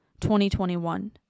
2021